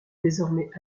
désormais